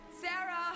Sarah